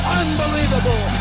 unbelievable